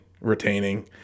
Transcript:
retaining